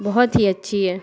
बोहोत ही अच्छी है